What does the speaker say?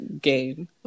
game